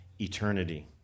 eternity